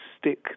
stick